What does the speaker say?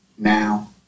now